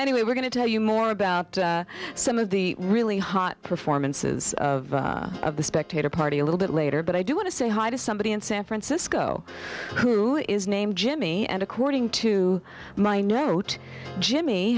anyway we're going to tell you more about some of the really hot performances of the spectator party a little bit later but i do want to say hi to somebody in san francisco who is named jimmy and according to my note jimmy